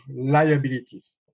liabilities